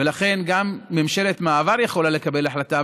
ולכן גם ממשלת מעבר יכולה לקבל החלטה.